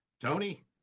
Tony